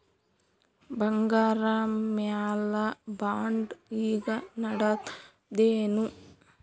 ಬಂಗಾರ ಮ್ಯಾಲ ಬಾಂಡ್ ಈಗ ನಡದದೇನು?